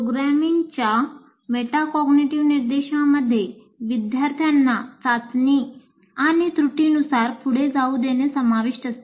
प्रोग्रामिंगच्या मेटाकॉग्निटिव्ह निर्देशांमध्ये विद्यार्थ्यांना चाचणी आणि त्रुटीनुसार पुढे जाऊ देणे समाविष्ट असते